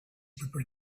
prepared